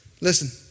Listen